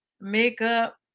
makeup